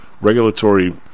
Regulatory